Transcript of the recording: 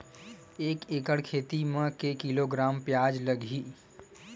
एक एकड़ खेती म के किलोग्राम प्याज लग ही?